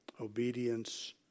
obedience